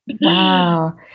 Wow